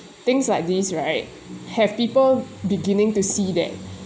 things like these right have people beginning to see that